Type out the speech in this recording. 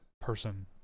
person